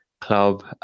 Club